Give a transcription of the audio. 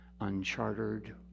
unchartered